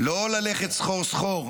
לא ללכת סחור-סחור.